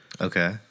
Okay